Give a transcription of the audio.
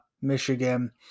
Michigan